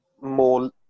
more